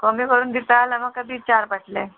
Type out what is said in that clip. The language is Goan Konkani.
कमी करून दिता जाल्यार म्हाका दी चार पाटलें